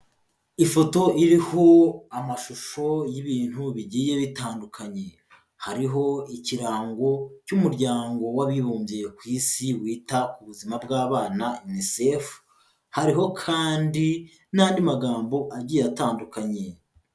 Ifoto iriho amashusho y'ibintu bigiye bitandukanye. Hariho ikirango cy'umuryango w'abibumbye ku isi wita ku buzima bw'abana UNICEF, hariho kandi n'andi magambo agiye atandukanye.